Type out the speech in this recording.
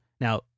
Now